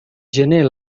gener